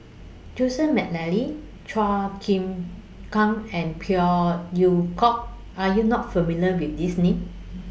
Joseph Mcnally Chua Chim Kang and Phey Yew Kok Are YOU not familiar with These Names